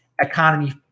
economy